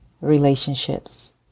relationships